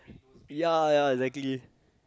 ya ya exactly